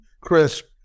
crisp